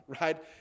right